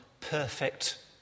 perfect